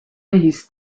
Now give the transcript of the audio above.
hieß